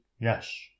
Yes